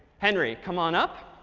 henry, come on up.